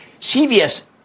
CVS